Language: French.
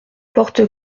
porte